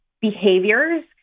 behaviors